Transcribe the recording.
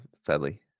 sadly